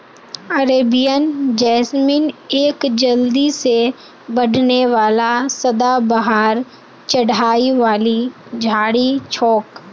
Arabian jasmine एक जल्दी से बढ़ने वाला सदाबहार चढ़ाई वाली झाड़ी छोक